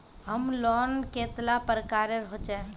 Home loan कतेला प्रकारेर होचे?